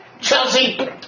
Chelsea